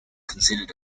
considered